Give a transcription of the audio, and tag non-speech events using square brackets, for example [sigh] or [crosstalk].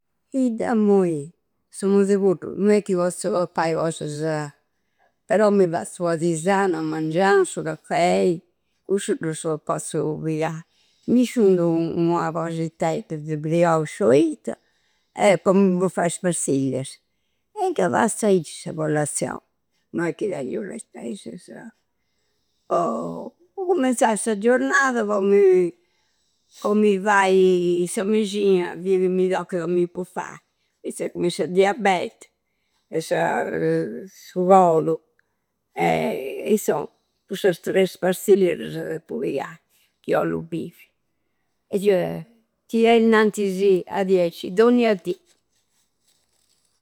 Ih! Deu immoi, su modu e cuddu. No è chi pozzu pappai cosasa. Però mi fazzu ua tisana a mengiau, su caffèi. Cussu du su pozzu pighai. Mi sciundu ua cosittedda de brioches o itta, e po mi buffai is pastigliasa. E da fazzu aicci sa collazzioni, no è chi tengiu pretesasa. Oh [hesitation] po cummenzai sa giornada, po mi pi. Po mi fai [hesitation] sa meigia mi toccada a mi buffai. Finza po su diabete e sa [hesitation] su coru e [hesitation] e insomma! Cussa tres pastigliasa da deppu pigai chi ollu bivi. E die tirai innanti diacci dogna dì.